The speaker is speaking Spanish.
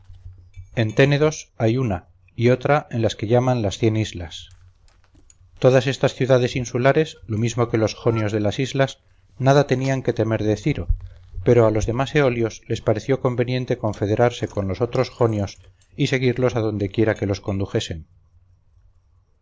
ténedos hay una y otra en las que llaman las cien islas todas estas ciudades insulares lo mismo que los jonios de las islas nada tenían que temer de ciro pero a los demás eolios les pareció conveniente confederarse con los otros jonios y seguirlos a donde quiera que los condujesen